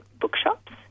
bookshops